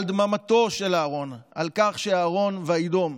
על דממתו של אהרן, על כך שאהרן, "וידם".